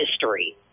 history